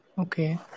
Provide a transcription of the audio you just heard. okay